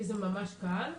כי זה ממש קל,